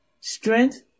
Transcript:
strength